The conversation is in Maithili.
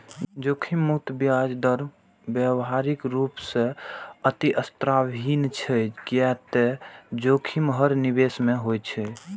जोखिम मुक्त ब्याज दर व्यावहारिक रूप सं अस्तित्वहीन छै, कियै ते जोखिम हर निवेश मे होइ छै